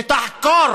שתחקור